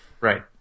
Right